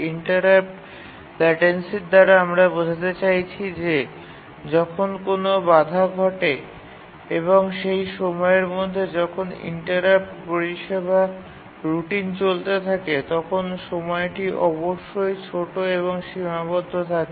interrupt ল্যাটেন্সির দ্বারা আমরা বোঝাতে চাইছি যে যখন কোনও বাধা ঘটে এবং সেই সময়ের মধ্যে যখন ইন্টারাপ্ট পরিষেবা রুটিন চলতে থাকে তখন সময়টি অবশ্যই ছোট এবং সীমাবদ্ধ থাকে